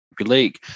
League